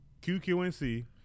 QQNC